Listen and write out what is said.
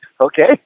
okay